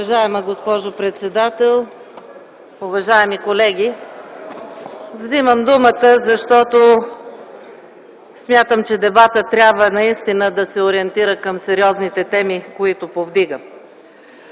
Уважаема госпожо председател, уважаеми колеги! Вземам думата, защото смятам, че дебатът трябва наистина да се ориентира към сериозните теми, които повдига.